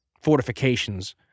fortifications